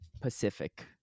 Pacific